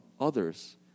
others